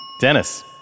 Dennis